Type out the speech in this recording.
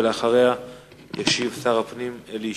ואחריה ישיב שר הפנים אלי ישי.